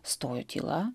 stojo tyla